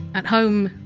at home,